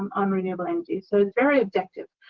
um on renewable energy. so, it's very objective.